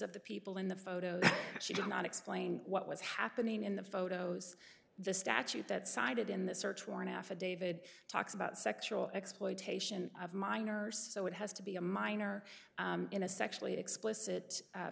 of the people in the photos she did not explain what was happening in the photos the statute that cited in the search warrant affidavit talks about sexual exploitation of minors so it has to be a minor in a sexually explicit